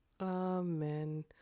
Amen